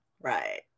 Right